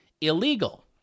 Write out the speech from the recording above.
illegal